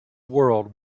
world